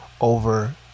over